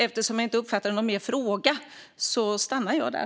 Eftersom jag inte uppfattade någon mer fråga stannar jag där.